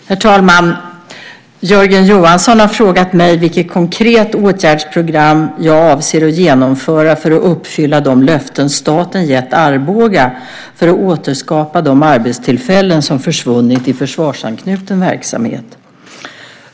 Herr talman! Jörgen Johansson har frågat mig vilket konkret åtgärdsprogram jag avser att genomföra för att uppfylla de löften staten gett Arboga för att återskapa de arbetstillfällen som försvunnit i försvarsanknuten verksamhet.